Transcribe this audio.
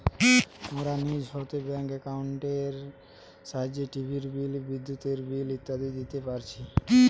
মোরা নিজ হইতে ব্যাঙ্ক একাউন্টের সাহায্যে টিভির বিল, বিদ্যুতের বিল ইত্যাদি দিতে পারতেছি